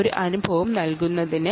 ഒരു അനുഭവം നൽകുന്നതിന്